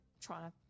trying